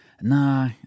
nah